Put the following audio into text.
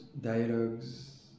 dialogues